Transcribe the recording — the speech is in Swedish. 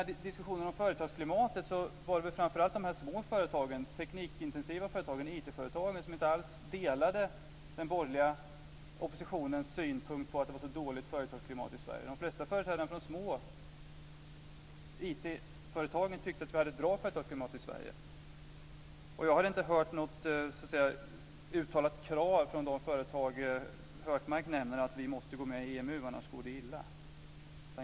I diskussionen om företagsklimatet var det väl framför allt de små teknikintensiva företagen, IT-företagen, som inte alls delade den borgerliga oppositionens syn på att företagsklimatet i Sverige var så dåligt. De flesta företrädarna för de små IT-företagen tyckte att vi har ett bra företagsklimat i Sverige. Jag har inte hört något uttalat krav från de företag som Hökmark nämner på att Sverige måste gå med i EMU - annars går det illa.